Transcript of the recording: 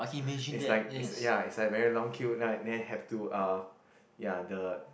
it's like it's ya it's like very long queue right then have to uh ya the